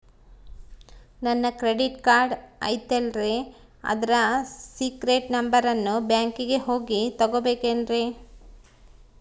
ನನ್ನ credit card ಐತಲ್ರೇ ಅದರ ಸೇಕ್ರೇಟ್ ನಂಬರನ್ನು ಬ್ಯಾಂಕಿಗೆ ಹೋಗಿ ತಗೋಬೇಕಿನ್ರಿ?